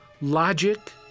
logic